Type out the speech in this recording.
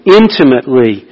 intimately